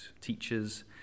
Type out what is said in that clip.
teachers